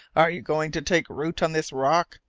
are you going to take root on this rock?